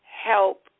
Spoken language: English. help